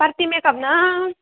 party makeup ना